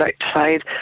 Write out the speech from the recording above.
outside